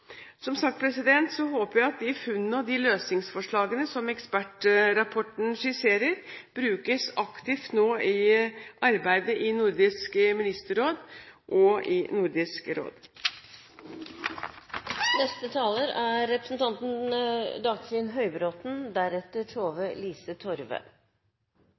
Som sagt håper jeg de funnene og løsningsforslagene som ekspertrapporten skisserer, nå brukes aktivt i arbeidet i Nordisk ministerråd og i Nordisk